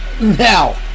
Now